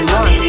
one